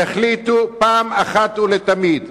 תחליטו פעם אחת ולתמיד.